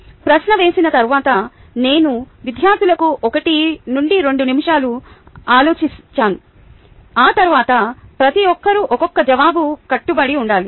ప్రశ్న వేసిన తరువాత నేను విద్యార్థులకు ఒకటి నుండి రెండు నిముషాలు ఆలోచించాను ఆ తర్వాత ప్రతి ఒక్కరూ ఒక్కొక్క జవాబుకు కట్టుబడి ఉండాలి